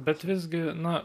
bet visgi na